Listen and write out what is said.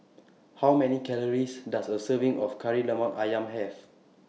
How Many Calories Does A Serving of Kari Lemak Ayam Have